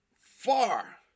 far